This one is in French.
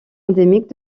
endémique